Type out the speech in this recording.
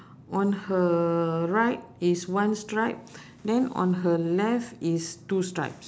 on her right is one stripe then on her left is two stripes